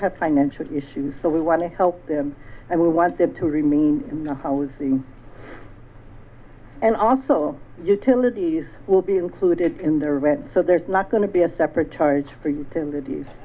have financial issues so we want to help them and we want them to remain in the housing and also utilities will be included in the rent so there's not going to be a separate charge for utilities